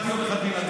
באתי יום אחד מנתניה,